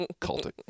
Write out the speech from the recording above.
cultic